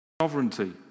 Sovereignty